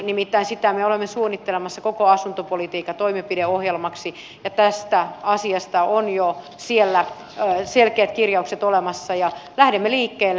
nimittäin sitä me olemme suunnittelemassa koko asuntopolitiikan toimenpideohjelmaksi ja tästä asiasta ovat jo selkeät kirjaukset olemassa ja lähdemme liikkeelle